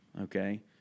okay